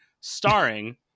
starring